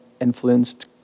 influenced